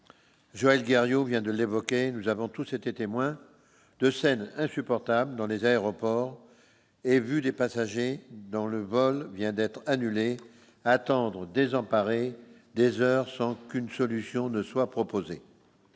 Joël Gariod vient de l'évoquer, nous avons tous été témoins de scènes insupportables dans les aéroports et vu des passagers dont le vol vient d'être annulée attendre désemparés, des heurts sans qu'aucune solution ne soit proposée,